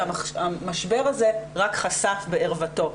שהמשבר הזה רק חזק בערוותו.